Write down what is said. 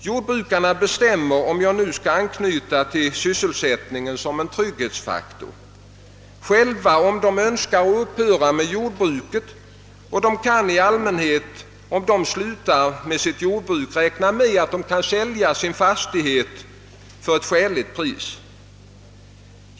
Jordbrukarna bestämmer själva — för att anknyta till sysselsättningen som en trygghetsfaktor — om de önskar upphöra med jordbruket, och de kan i allmänhet, om de slutar, räkna med att sälja sin fastighet till ett skäligt pris.